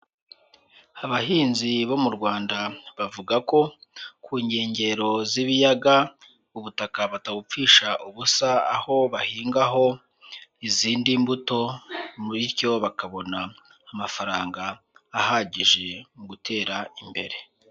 Abahinzi bo mu Rwanda bavuga ko ku nkengero z'ibiyaga ubutaka batawupfusha ubusa, aho bahingaho izindi mbuto bityo bakabona amafaranga ahagije mu gutera imbere.